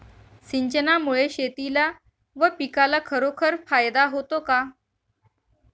सिंचनामुळे शेतीला व पिकाला खरोखर फायदा होतो का?